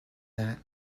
that